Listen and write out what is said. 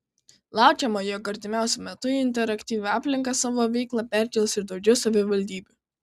laukiama jog artimiausiu metu į interaktyvią aplinką savo veiklą perkels ir daugiau savivaldybių